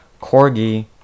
corgi